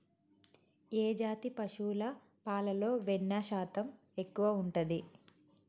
ఏ జాతి పశువుల పాలలో వెన్నె శాతం ఎక్కువ ఉంటది?